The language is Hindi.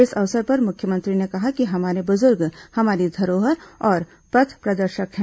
इस अवसर पर मुख्यमंत्री ने कहा कि हमारे बुजुर्ग हमारी धरोहर और पथ प्रदर्शक है